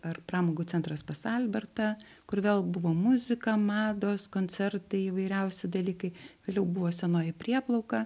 ar pramogų centras pas albertą kur vėl buvo muzika mados koncertai įvairiausi dalykai vėliau buvo senoji prieplauka